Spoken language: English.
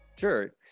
Sure